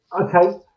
Okay